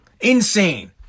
Insane